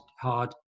hard